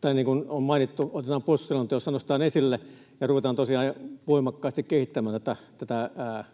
Toivottavasti se nostetaan puolustusselonteossa esille ja ruvetaan tosiaan voimakkaasti kehittämään näitä